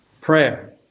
Prayer